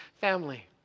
family